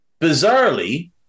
Bizarrely